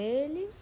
ele